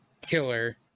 killer